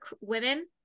women-